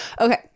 okay